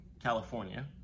California